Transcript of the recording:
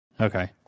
Okay